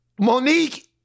Monique